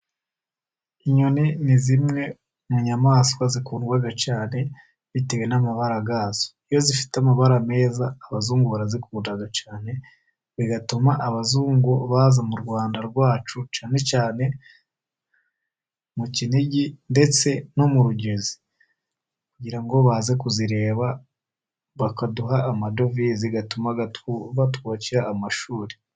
Inyoni ni zimwe mu nyamaswa zikundwa cyane bitewe n'amabararagazo. Iyo zifite amabara meza abazungu barazikunda cyane, bigatuma abazungu baza mu Rwanda rwacu cyane cyane mu kinigi, ndetse no mu rugezi, kugira ngo baze kuzireba. Bakaduha amadoviye agatuma twiyubakira amashuri.